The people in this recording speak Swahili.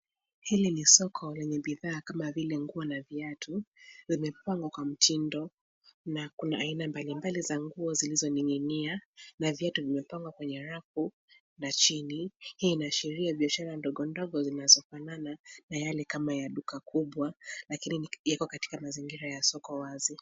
Hili ni soko lenye bidhaa kama vile nguo na viatu, vimepangwa kwa mtindo, na kuna aina mbalimbali za nguo zilizoning'inia, na viatu vimepangwa kwenye rafu, na chini. Hii inaashiria biashara ndogo ndogo zinazo fanana, na yale kama ya duka kubwa, lakini yako katika mazingira ya soko wazi.